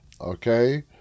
Okay